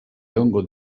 egongo